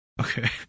Okay